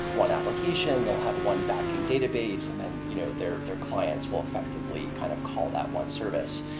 one application, they'll have one back-end database, and then you know their their clients will effectively kind of call that one service.